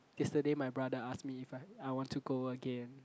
yesterday my brother ask me if I I want to go again